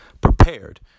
prepared